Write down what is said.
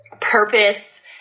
purpose